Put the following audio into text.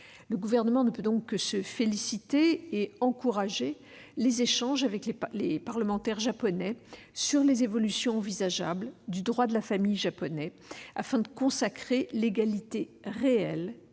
Le Gouvernement ne peut que s'en féliciter et encourager les échanges avec les parlementaires japonais sur les évolutions envisageables du droit de la famille japonais qui permettraient de consacrer l'égalité réelle